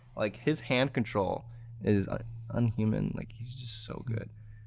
like his hand control is unhuman, like he's just so good.